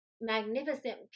magnificent